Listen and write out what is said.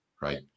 right